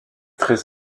très